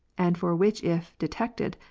and for which, if detected,